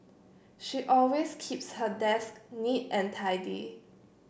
she always keeps her desk neat and tidy